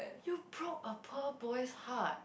you broke a poor boy's heart